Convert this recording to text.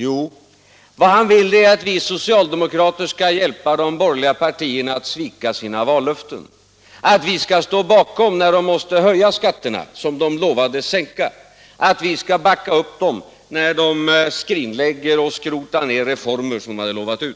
Jo, vad han vill är att vi socialdemokrater skall hjälpa de borgerliga partierna att svika sina vallöften, att vi skall stå bakom när de måste höja skatterna som de lovade att sänka, att vi skall backa upp dem när de skrinlägger och skrotar ner reformer som de utlovade.